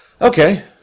okay